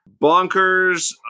bonkers